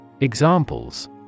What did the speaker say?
Examples